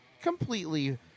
completely